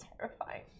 Terrifying